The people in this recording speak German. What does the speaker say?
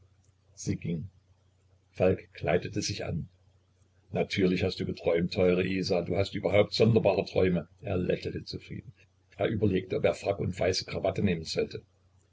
falk kleidete sich an natürlich hast du geträumt teure isa du hast überhaupt sonderbare träume er lächelte zufrieden er überlegte ob er frack und weiße krawatte nehmen sollte